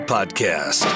Podcast